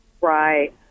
Right